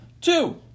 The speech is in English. two